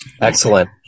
Excellent